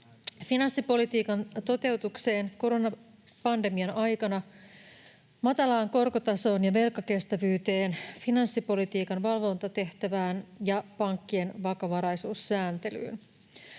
finanssipolitiikan toteutukseen koronapandemian aikana, matalaan korkotasoon ja velkakestävyyteen, finanssipolitiikan valvontatehtävään ja pankkien vakavaraisuussääntelyyn.